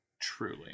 truly